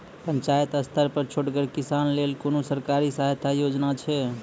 पंचायत स्तर पर छोटगर किसानक लेल कुनू सरकारी सहायता योजना छै?